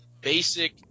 basic